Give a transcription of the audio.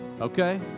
Okay